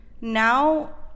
now